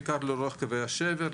בעיקר לאורך קווי השבר,